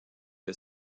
que